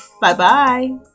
Bye-bye